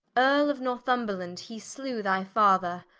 earle of northumberland, he slew thy father,